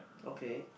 okay